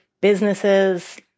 businesses